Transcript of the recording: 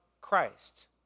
Christ